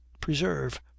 preserve